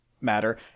matter